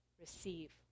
receive